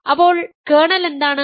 അപ്പോൾ കേർണൽ എന്താണ്